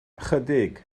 ychydig